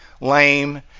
lame